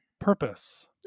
Purpose